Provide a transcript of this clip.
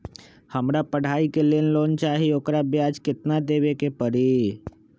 हमरा पढ़ाई के लेल लोन चाहि, ओकर ब्याज केतना दबे के परी?